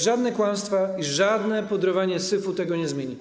Żadne kłamstwa i żadne pudrowanie syfu tego nie zmienią.